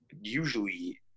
usually